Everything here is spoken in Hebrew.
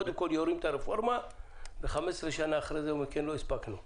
קודם כל יורים את הרפורמה ו-15 שנים אחר כך אומרים שלא הספקנו .